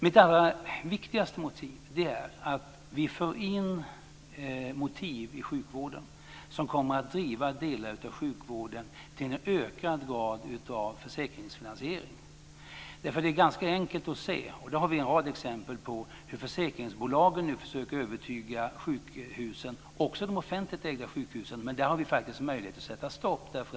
Min allra viktigaste anledning är att vi för in motiv i sjukvården som kommer att driva delar av den till en ökad grad av försäkringsfinansiering. Det är nämligen ganska enkelt att se - vi har en rad exempel på det - hur försäkringsbolagen nu försöker övertyga också de offentligt ägda sjukhusen att vika av en del av sin vård till försäkringsbolagens kunder.